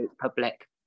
public